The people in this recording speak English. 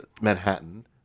Manhattan